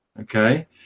okay